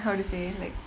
how to say like